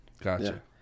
Gotcha